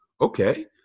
Okay